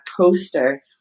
poster